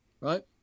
right